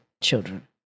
children